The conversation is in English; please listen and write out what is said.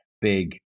big